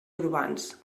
urbans